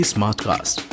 Smartcast